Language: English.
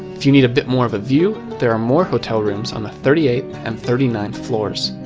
if you need a bit more of a view, there are more hotel rooms on the thirty eighth and thirty ninth floors.